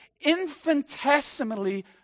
infinitesimally